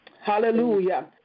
Hallelujah